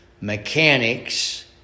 mechanics